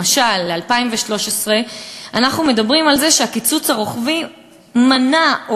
למשל ב-2013 אנחנו רואים שהקיצוץ הרוחבי מנע,